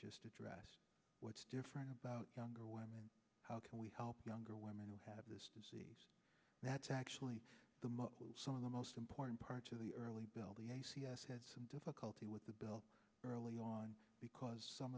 just addressed what's different about younger women how can we help younger women who have this disease that's actually the most some of the most important parts of the early bill the a c s had some difficulty with the bill early on because some